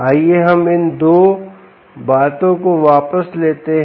आइए हम इन 2 बातों को वापस लेते हैं